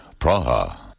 Praha